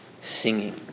singing